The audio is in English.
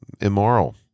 immoral